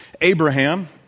Abraham